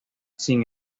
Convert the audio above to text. sin